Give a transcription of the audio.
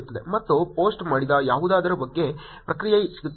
ಮತ್ತು ಪೋಸ್ಟ್ ಮಾಡಿದ ಯಾವುದರ ಬಗ್ಗೆಯೂ ಪ್ರತಿಕ್ರಿಯೆ ಸಿಗುತ್ತಿಲ್ಲ